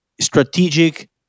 strategic